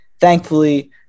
thankfully